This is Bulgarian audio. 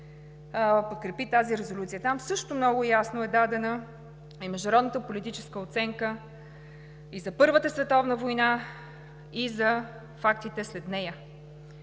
подкрепи тази резолюция. Там също много ясно е дадена и международната политическа оценка и за Първата световна война, и за фактите след нея.